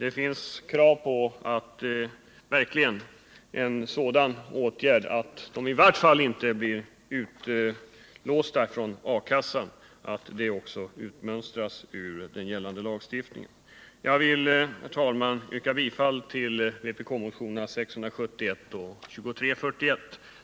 Det finns krav på en sådan åtgärd att dessa människor i varje fall inte blir utlåsta från arbetslöshetskassan, att bestämmelsen i detta avseende utmönstras ur den gällande lagstiftningen. Jag vill, herr talman, yrka bifall till vpk-motionerna 671 och 2341.